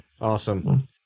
Awesome